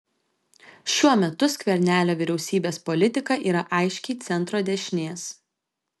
šiuo metu skvernelio vyriausybės politika yra aiškiai centro dešinės